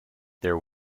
there